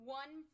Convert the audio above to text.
one